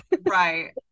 Right